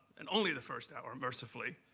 and only the first hour, mercifully.